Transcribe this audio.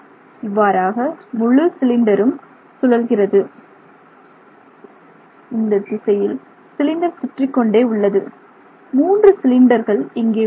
இவ்வாறாக முழு சிலிண்டரும் சுழல்கிறது இந்தத் திசையில் சிலிண்டர் சுற்றிக்கொண்டே உள்ளது மூன்று சிலிண்டர்கள் இங்கே உள்ளன